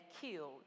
killed